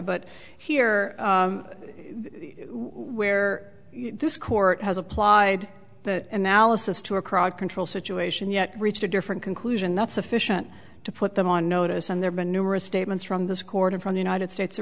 but here where this court has applied that analysis to a crowd control situation yet reached a different conclusion not sufficient to put them on notice and there's been numerous statements from this court in from the united states